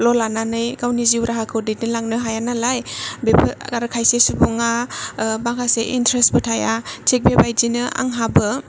ल' लानानै गावनि गावनि जिउनि राहाखौ दैदनलांनो हायानालाय बेफोर आरो खायसे सुबुङा माखासे इन्थारेसथबो थाया थिख बेबादिनो आंहाबो